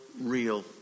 real